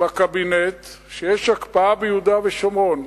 בקבינט שיש הקפאה ביהודה ושומרון,